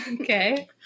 Okay